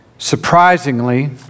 surprisingly